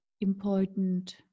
important